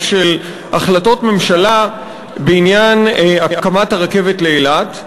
של החלטות ממשלה בעניין הקמת הרכבת לאילת.